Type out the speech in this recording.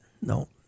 No